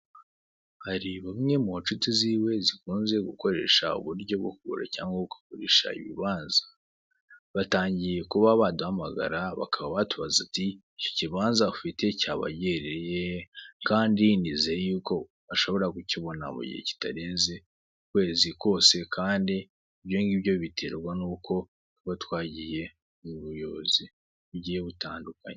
Hari bamwe mu nshuti ziwe zikunze gukoresha uburyo bwo kugura cyangwa kugurisha ibibanza, batangiye kuba baduhamagara bakaba watubaza ati: '' Icyo kibanza ufite cyaba giherereye hehe?'' Kandi nizeye yuko bashobora kukibona mu gihe kitarenze ukwezi kose kandi ibyo ngibyo biterwa nuko tuba twagiye mu buyobozi bugiye butandukanye.